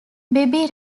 bebe